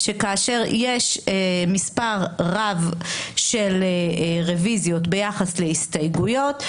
שכאשר יש מספר רב של רביזיות ביחס להסתייגויות,